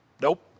Nope